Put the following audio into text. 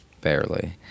Barely